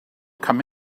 come